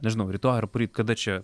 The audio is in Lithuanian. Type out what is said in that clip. nežinau rytoj ar poryt kada čia